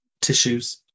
tissues